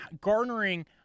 garnering